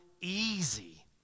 easy